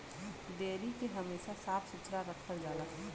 dairy के हमेशा साफ सुथरा रखल जाला